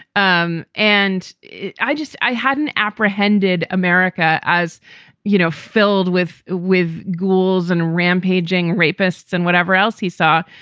um and i just i hadn't apprehended america, as you know, filled with with ghouls and rampaging rapists and whatever else he saw.